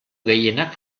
gehienak